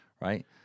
Right